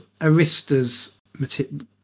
Arista's